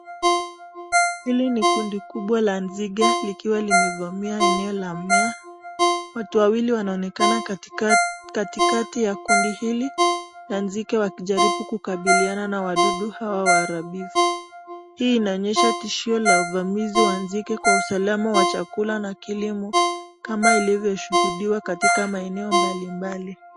Hili ni kundi kubwa la nzige likivami eneo la mmea. Watu wawili wanaonekana katika kundi hili la nzige wakijaribu kukabiriana na waudu hawa waharibifu. Hii inaonyesha tishio la uvamizi wa nzige kwa usalama wa kilimo kama ilivyoshuhudiwa katika eneo mbali mbali.